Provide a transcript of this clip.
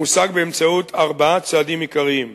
מושג באמצעות ארבעה צעדים עיקריים: